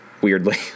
weirdly